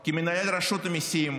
כי מנהל רשות המיסים,